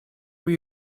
were